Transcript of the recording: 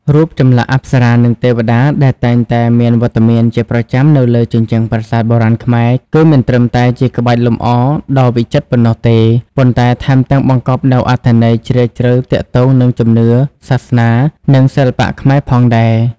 រូបចម្លាក់ អប្សរា និង ទេវតា ដែលតែងតែមានវត្តមានជាប្រចាំនៅលើជញ្ជាំងប្រាសាទបុរាណខ្មែរ គឺមិនត្រឹមតែជាក្បាច់លម្អដ៏វិចិត្រប៉ុណ្ណោះទេ ប៉ុន្តែថែមទាំងបង្កប់នូវអត្ថន័យជ្រាលជ្រៅទាក់ទងនឹងជំនឿ សាសនា និងសិល្បៈខ្មែរផងដែរ។